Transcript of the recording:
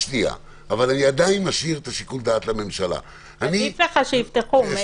מאיר, עדיף לך שיפתחו.